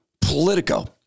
Politico